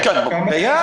קיים, קיים